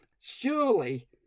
Surely